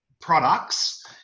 products